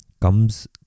comes